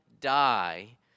die